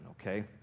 okay